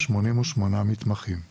288 מתמחים;